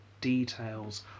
details